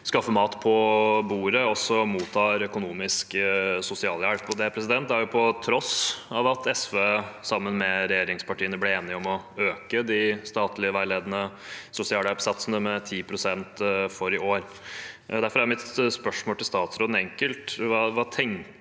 å skaffe mat på bordet, også mottar økonomisk sosialhjelp. Dette skjer på tross av at SV sammen med regjeringspartiene ble enige om å øke de statlige veiledende sosialhjelpssatsene med 10 pst. for i år. Derfor er mitt spørsmål til statsråden enkelt: